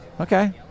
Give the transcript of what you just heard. Okay